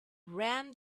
ran